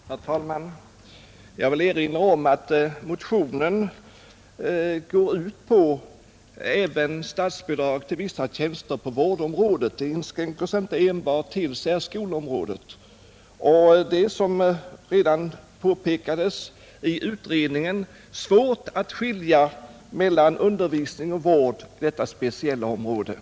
Herr talman! Jag är medveten om att det kan vara svårt att göra en åtskillnad mellan vård och undervisning. Men det skulle vara av värde om herr Andreasson ville hjälpa oss och förklara vad det är som man inlägger i begreppet personell assistans.